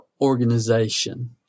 organization